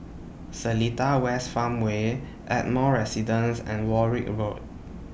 Seletar West Farmway Ardmore Residence and Warwick Road